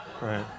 Right